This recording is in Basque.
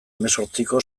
hemezortziko